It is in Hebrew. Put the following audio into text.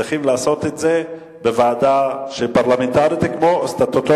צריכים לעשות את זה בוועדה פרלמנטרית סטטוטורית,